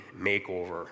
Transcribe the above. makeover